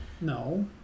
No